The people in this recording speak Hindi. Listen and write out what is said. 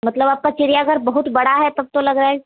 मतलब आपका चिड़ियाघर बहुत बड़ा है तब तो लग रहा है